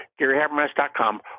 GaryHabermas.com